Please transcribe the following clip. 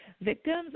victims